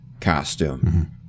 costume